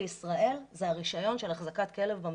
בישראל זה הרישיון של החזקת כלב במדינה.